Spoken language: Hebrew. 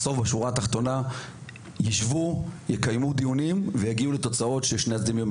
בסוף צריך לשבת ולקיים דיונים כדי להגיע לתוצאות שירצו את שני הצדדים,